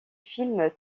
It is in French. films